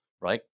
Right